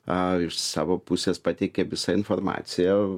a iš savo pusės pateikė visą informaciją